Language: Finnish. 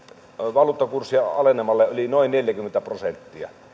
valuuttakurssien alenemaan oli noin neljäkymmentä prosenttia